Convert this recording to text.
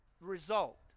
result